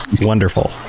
wonderful